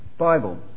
Bible